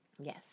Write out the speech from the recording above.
Yes